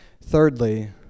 Thirdly